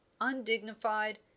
undignified